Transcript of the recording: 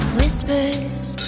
Whispers